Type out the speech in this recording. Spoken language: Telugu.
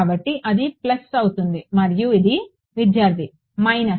కాబట్టి అది ప్లస్ అవుతుంది మరియు ఇది విద్యార్థి మైనస్